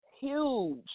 huge